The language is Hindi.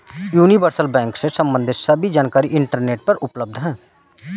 यूनिवर्सल बैंक से सम्बंधित सभी जानकारी इंटरनेट पर उपलब्ध है